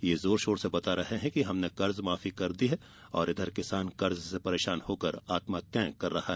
ये जोरशोर से बता रहे हैं कि हमने कर्जमाफी कर दी है और इधर किसान कर्ज से परेशान होकर आत्महत्याएं कर रहे हैं